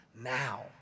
now